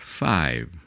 five